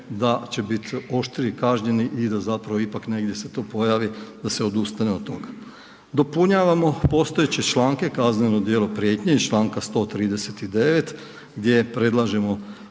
da će bit oštrije kažnjeni i da zapravo ipak negdje se to pojavi da se odustane od toga. Dopunjavamo postojeće članke, kazneno djelo prijetnje iz čl. 139. gdje predlažemo